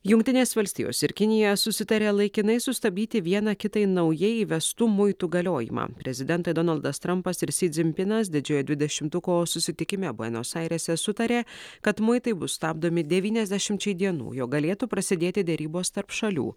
jungtinės valstijos ir kinija susitarė laikinai sustabdyti viena kitai naujai įvestų muitų galiojimą prezidentai donaldas trampas ir si dzin pinas didžiojo dvidešimtuko susitikime buenos airėse sutarė kad muitai bus stabdomi devyniasdešimčiai dienų jog galėtų prasidėti derybos tarp šalių